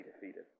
defeated